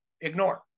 ignore